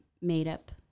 made-up